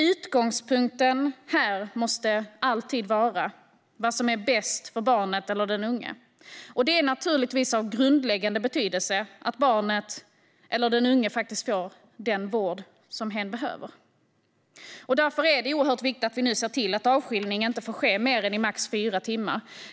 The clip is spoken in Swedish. Utgångspunkten här måste alltid vara vad som är bäst för barnet eller den unga, och det är naturligtvis av grundläggande betydelse att barnet eller den unga får den vård som hen behöver. Därför är det oerhört viktigt att vi nu ser till att avskiljning inte får ske i mer än max 4 timmar.